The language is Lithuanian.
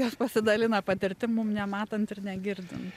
jos pasidalina patirtim mum nematant ir negirdint